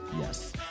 Yes